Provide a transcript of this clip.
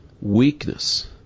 Weakness